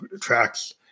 tracks